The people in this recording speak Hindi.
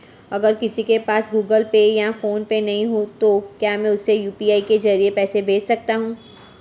अगर किसी के पास गूगल पे या फोनपे नहीं है तो क्या मैं उसे यू.पी.आई के ज़रिए पैसे भेज सकता हूं?